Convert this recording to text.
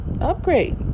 upgrade